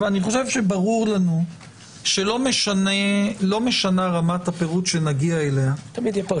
ברור לנו שלא משנה רמת הפירוט שנגיע אליה -- תמיד תהיה פרשנות.